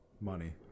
money